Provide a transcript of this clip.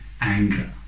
anger